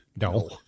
No